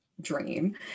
dream